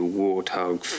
warthog